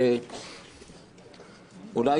אולי